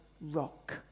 rock